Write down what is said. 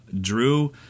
Drew